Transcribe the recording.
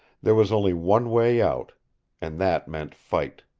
there was only one way out and that meant fight.